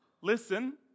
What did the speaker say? listen